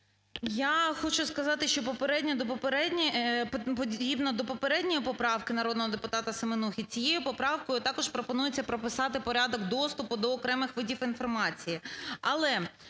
до попередньої... подібна до попередньої поправки народного депутата Семенухи, тією поправкою також пропонується прописати порядок доступу до окремих видів інформації.